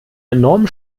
enorm